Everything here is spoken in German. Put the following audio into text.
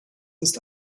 ist